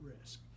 risk